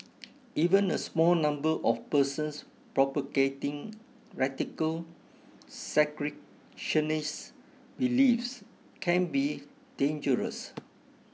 even a small number of persons propagating radical segregationist beliefs can be dangerous